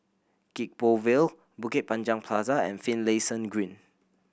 Gek Poh Ville Bukit Panjang Plaza and Finlayson Green